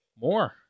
More